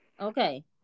okay